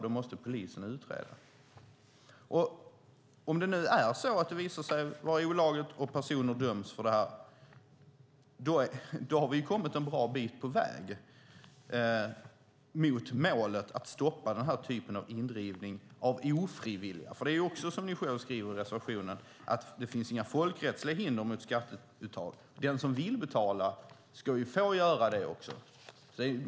Då måste polisen utreda. Om det visar sig vara olagligt och personer döms för detta har vi kommit en bra bit på väg mot målet att stoppa denna typ av indrivning som människor ofrivilligt utsätts för. Som ni själva skriver i reservationer finns det inga folkrättsliga hinder mot skatteuttag. Den som vill betala ska få göra det.